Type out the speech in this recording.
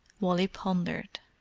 wally pondered.